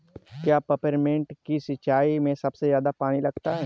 क्या पेपरमिंट की सिंचाई में सबसे ज्यादा पानी लगता है?